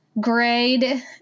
grade